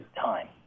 time